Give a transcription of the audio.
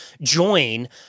join